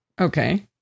Okay